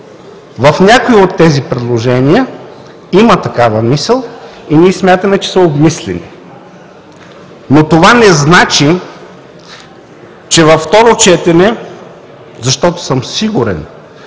В някои от тези предложения има такава мисъл и ние смятаме, че са обмислени, но това не значи, че на второ четене, защото съм сигурен,